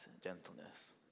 gentleness